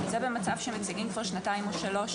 זה במצב שמציגים בוועדה כבר שנתיים או שלוש,